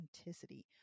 authenticity